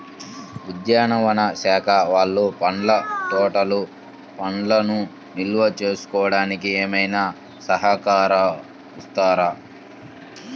ఉద్యానవన శాఖ వాళ్ళు పండ్ల తోటలు పండ్లను నిల్వ చేసుకోవడానికి ఏమైనా సహకరిస్తారా?